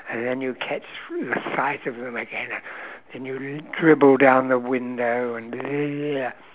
and then you catch sight of them again and then you dribble down the window and